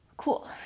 Cool